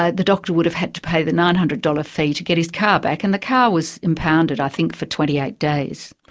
ah the doctor would have had to pay the nine hundred dollars fee to get his car back, and the car was impounded i think for twenty eight days.